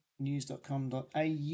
News.com.au